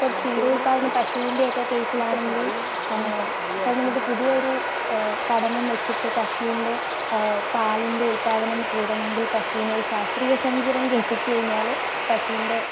ഇപ്പം ക്ഷീരോത്പാദനം പശുവിന്റെയൊക്കെ കേസിലാണെങ്കില് ഇപ്പം നമുക്ക് പുതിയ ഒരു പഠനം വച്ചിട്ട് പശുവിന്റെ പാലിന്റെ ഉത്പ്പാദനം കൂടണമെങ്കിൽ പശുവിനെ ശാസ്ത്രീയ സംഗീതം കേള്പ്പിച്ചു കഴിഞ്ഞാൽ പശുവിൻ്റെ